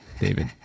david